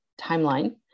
timeline